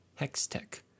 Hextech